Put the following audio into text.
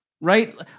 right